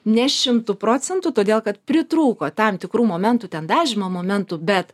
ne šimtu procentų todėl kad pritrūko tam tikrų momentų ten dažymo momentų bet